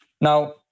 Now